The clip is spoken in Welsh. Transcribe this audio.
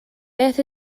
beth